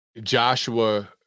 Joshua